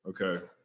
Okay